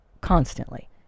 constantly